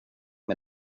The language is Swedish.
med